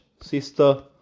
sister